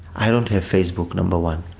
i don't have facebook, number one.